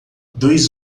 dois